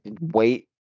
wait